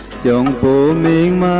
job name